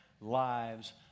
lives